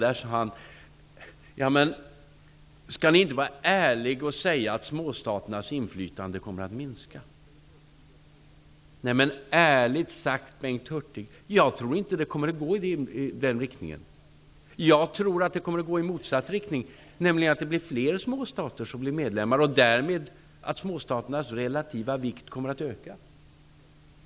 Han sade: Skall ni inte vara ärliga och säga att småstaternas inflytande kommer att minska? Ärligt talat, Bengt Hurtig, jag tror inte att det kommer att gå i den riktningen. Jag tror att det kommer att gå i motsatt riktning, nämligen att fler småstater blir medlemmar och därmed kommer småstaternas relativa vikt att öka.